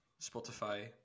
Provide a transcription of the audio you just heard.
Spotify